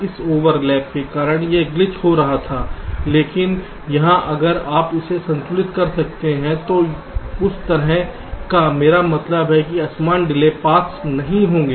उस ओवरलैप के कारण यह ग्लिच हो रहा था लेकिन यहां अगर आप इसे संतुलित कर सकते हैं तो उस तरह का मेरा मतलब है कि असमान डिले पाथ्स नहीं होंगे